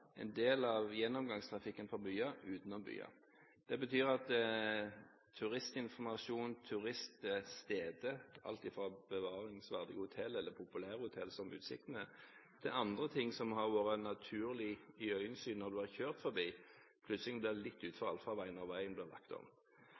en del av gjennomgangstrafikken fra byer utenom byer. Det betyr at turistinformasjon, turiststeder, alt fra bevaringsverdige hoteller eller populære hoteller, som Utsikten er, til andre ting som har vært naturlig i øyesyn når du har kjørt forbi, plutselig blir litt